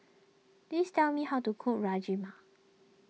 please tell me how to cook Rajma